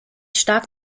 stark